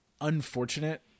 unfortunate